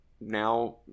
Now